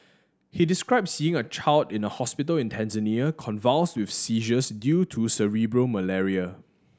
he described seeing a child in a hospital in Tanzania convulsed with seizures due to cerebral malaria